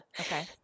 Okay